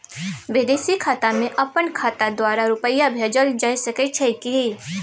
विदेशी खाता में अपन खाता द्वारा रुपिया भेजल जे सके छै की?